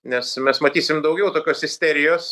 nes mes matysim daugiau tokios isterijos